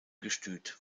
gestüt